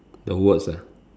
the words ah